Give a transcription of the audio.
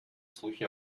слухи